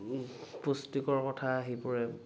পুষ্টিকৰ কথা আহি পৰে